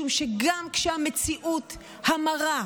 משום שגם כשהמציאות המרה,